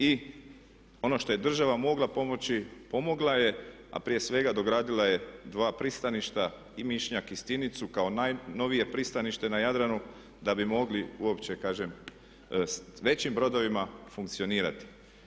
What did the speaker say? I ono što je država mogla pomoći pomogla je, a prije svega dogradila je dva pristaništa i Mišnjak i Stinicu kao najnovije pristanište na Jadranu da bi mogli uopće, kažem s većim brodovima funkcionirati.